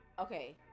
okay